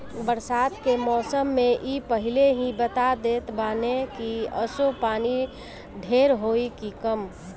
बरसात के मौसम में इ पहिले ही बता देत बाने की असो पानी ढेर होई की कम